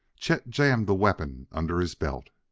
chet jammed the weapon under his belt.